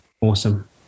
awesome